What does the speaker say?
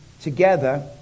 together